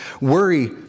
worry